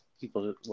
people